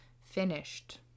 finished